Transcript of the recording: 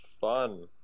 fun